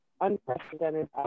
unprecedented